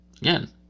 again